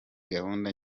gahunda